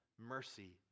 mercy